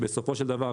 בסופו של דבר,